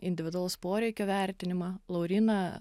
individualaus poreikio vertinimą lauryna